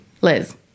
Liz